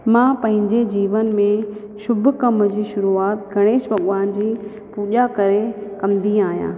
मां पंहिंजे जीवन में शुभ कम जी शुरूआति गणेश भॻवान जी पूॼा करे कंदी आहियां